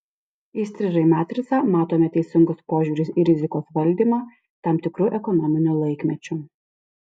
įstrižai matricą matome teisingus požiūrius į rizikos valdymą tam tikru ekonominiu laikmečiu